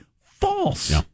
false